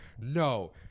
no